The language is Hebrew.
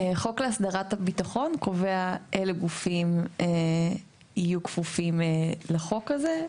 חוק להסדרת הביטחון קובע אילו גופים יהיו כפופים לחוק הזה,